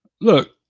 Look